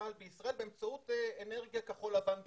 לחשמל בישראל באמצעות אנרגיה כחול-לבן בלבד.